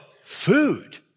food